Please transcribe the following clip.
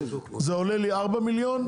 זה עולה לי 4 מיליון ₪".